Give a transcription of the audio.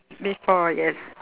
before yes